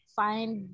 find